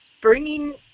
bringing